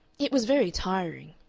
it was very tiring.